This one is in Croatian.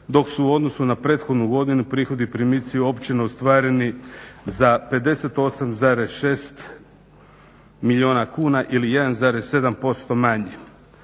su odnosu na prethodnu godinu prihodi primici općine ostvareni za 58,6 milijuna kuna ili 1,7% manje.